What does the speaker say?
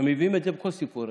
מביאים את זה בכל סיפור.